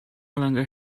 longer